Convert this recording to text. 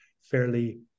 fairly